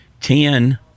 Ten